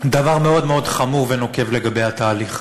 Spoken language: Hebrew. דבר מאוד מאוד חמור ונוקב לגבי התהליך: